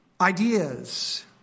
ideas